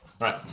right